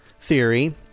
theory